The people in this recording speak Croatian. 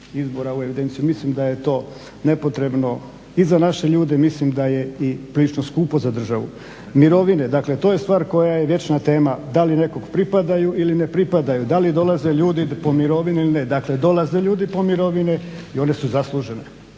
izbora u evidenciju, mislim da je to nepotrebno i za naše ljude, mislim i da je prilično skupo za državu. Mirovine, dakle to je stvar koja je vječna tema, da li nekog pripadaju ili ne pripadaju, da li dolaze ljudi po mirovinu ili ne? Dakle, dolaze ljudi po mirovine i one su zaslužene.